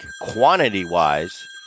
quantity-wise